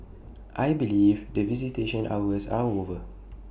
I believe that visitation hours are over